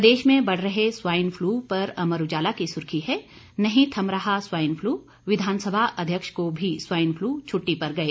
प्रदेश में बढ़ रहे स्वाईन फ्लू पर अमर उजाला की सुर्खी है नहीं थम रहा स्वाईन फ्लू विधानसभा अध्यक्ष को भी स्वाईन फ्लू छुट्टी पर गए